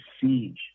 siege